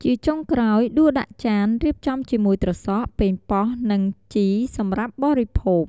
ជាចុងក្រោយដួសដាក់ចាន រៀបចំជាមួយត្រសក់ ប៉េងប៉ោះ និងជីរ សម្រាប់បរិភោគ។